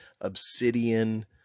Obsidian